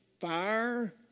fire